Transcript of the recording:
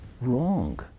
Wrong